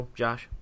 josh